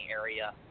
area